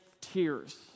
tears